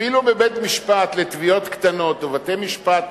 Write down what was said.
אפילו בית-משפט לתביעות קטנות ובתי-משפט